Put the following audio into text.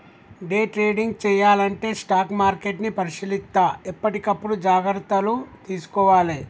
day trading చెయ్యాలంటే stock మార్కెట్ని పరిశీలిత్తా ఎప్పటికప్పుడు జాగర్తలు తీసుకోవాలే